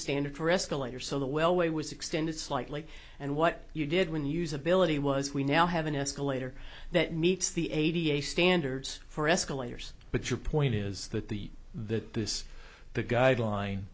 standard for escalators so the well way was extended slightly and what you did when usability was we now have an escalator that meets the eighty eight standards for escalators but your point is that the that this the guideline